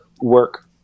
work